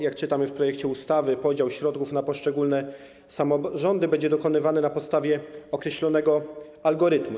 Jak czytamy w projekcie ustawy, podział środków na poszczególne samorządy będzie dokonywany na podstawie określonego algorytmu.